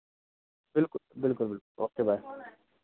बिल्कुल बिल्कुल बिल ओके बाय